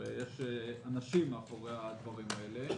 יש אנשים מאחורי הדברים האלה.